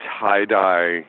tie-dye